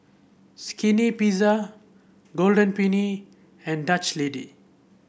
Skinny Pizza Golden Peony and Dutch Lady